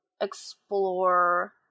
explore